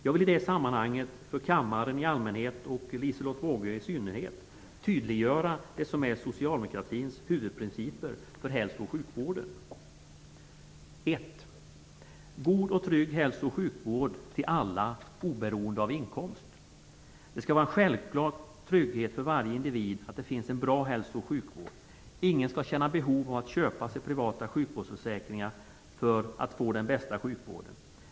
Jag vill i det sammanhanget för kammaren i allmänhet och Liselotte Wågö i synnerhet tydliggöra det som är socialdemokratins huvudprinciper för hälsooch sjukvården: Det skall vara en självklar trygghet för varje individ att det finns en bra hälso och sjukvård. Ingen skall känna behov av att köpa sig privata sjukvårdsförsäkringar för att få den bästa sjukvården.